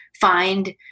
find